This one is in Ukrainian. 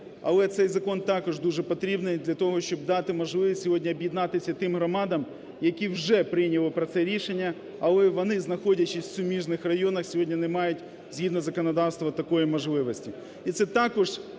але цей закон також дуже потрібний для того, щоб дати можливість сьогодні об'єднатися тим громадам, які вже прийняли про це рішення. Але вони, знаходячись в суміжних районах, сьогодні не мають згідно законодавства такої можливості.